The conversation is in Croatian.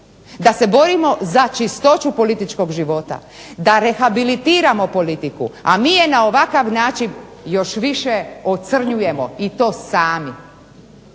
da se borimo za čistoću političkog života, da rehabilitiramo politiku, a mi je na ovakav način još više ocrnjujemo i to sami.